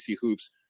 Hoops